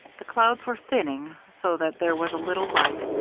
the clouds were thinning, so that there was a little light,